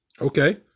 okay